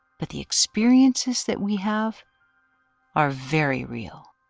but the experiences that we have are very real.